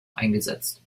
eingesetzt